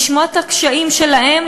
לשמוע את הקשיים שלהם,